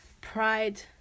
Pride